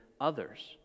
others